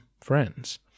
friends